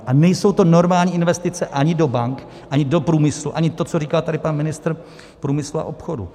A nejsou to normální investice ani do bank, ani do průmyslu, ani to, co říkal tady pan ministr průmyslu a obchodu.